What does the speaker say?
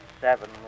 seven